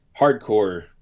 hardcore